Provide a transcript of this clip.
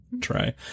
try